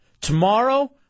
Tomorrow